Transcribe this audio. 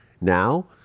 now